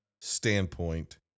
standpoint